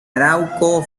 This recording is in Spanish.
arauco